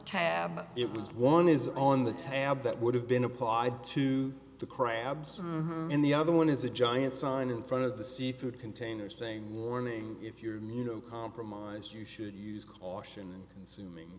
tab it was one is on the tab that would have been applied to the crabs and in the other one is a giant sign in front of the seafood container saying warning if you're in you know compromise you should use caution and consuming